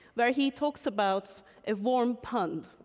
where he talks about a warm pond,